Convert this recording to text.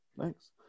thanks